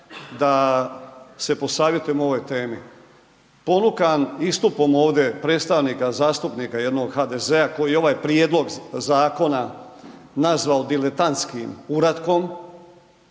da se posavjetujem u ovoj temi. Ponukan istupom ovde predstavnika zastupnika jednog HDZ-a koji je ovaj prijedlog zakona nazvao diletantskim uratkom